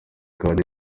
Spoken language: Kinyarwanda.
kandi